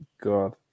God